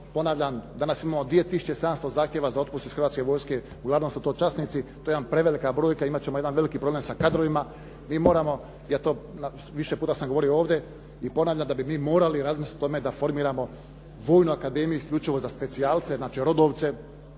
ponavljam danas imamo 2 tisuće 700 zahtjeva za otpust iz Hrvatske vojske, uglavnom su to časnici. To je jedna prevelika brojka, imat ćemo jedan veliki problem sa kadrovima. Više puta sam govorio ovdje i ponavljam da bi mi morali razmisliti o tome da formiramo vojnu akademiju isključivo za specijalce, znači rodovce.